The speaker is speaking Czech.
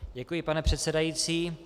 Děkuji, pane předsedající.